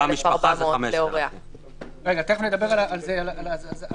במשפחה זה 5,000. תיכף נדבר על העניין המנהלי,